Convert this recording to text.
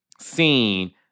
seen